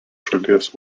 šalies